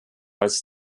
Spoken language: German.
als